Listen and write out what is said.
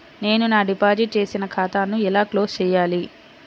నేను నా డిపాజిట్ చేసిన ఖాతాను ఎలా క్లోజ్ చేయాలి?